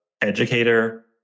educator